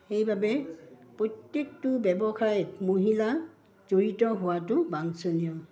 সেইবাবে প্ৰত্যেকটো ব্যৱসায়ত মহিলা জড়িত হোৱাটো বাঞ্চনীয়